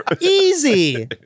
easy